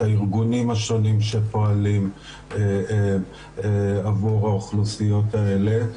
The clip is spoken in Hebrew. הארגונים השונים שפועלים עבור האוכלוסיות האלה,